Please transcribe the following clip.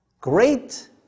great